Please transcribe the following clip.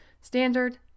standard